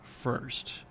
first